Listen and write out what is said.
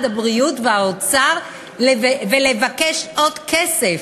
הבריאות ולמשרד האוצר ולבקש עוד כסף,